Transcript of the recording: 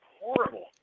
horrible